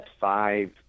five